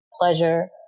pleasure